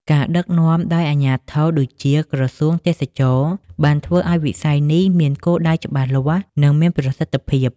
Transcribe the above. ការដឹកនាំដោយអាជ្ញាធរដូចជា ក្រសួងទេសចរណ៍បានធ្វើឱ្យវិស័យនេះមានគោលដៅច្បាស់លាស់ និងមានប្រសិទ្ធភាព។